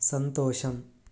సంతోషం